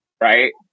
Right